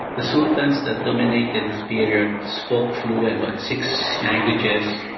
the sultans that dominated this period spoke fluent, but six languages,